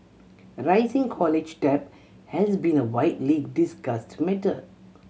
rising college debt has been a widely discussed matter